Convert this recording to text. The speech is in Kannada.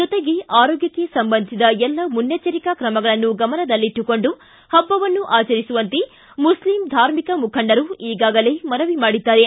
ಜೊತೆಗೆ ಆರೋಗ್ಚಕ್ಕೆ ಸಂಬಂಧಿಸಿದ ಎಲ್ಲ ಮುನ್ನೆಚ್ವರಿಕಾ ಕ್ರಮಗಳನ್ನು ಗಮನದಲ್ಲಿಟ್ಟುಕೊಂಡು ಹಭ್ವವನ್ನು ಆಚರಿಸುವಂತೆ ಮುಸ್ಲಿಂ ಧಾರ್ಮಿಕ ಮುಖಂಡರು ಈಗಾಗಲೇ ಮನವಿ ಮಾಡಿದ್ದಾರೆ